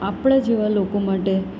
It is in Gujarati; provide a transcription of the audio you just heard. આપણાં જેવાં લોકો માટે